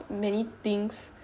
many things